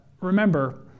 Remember